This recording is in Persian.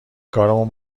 کارمون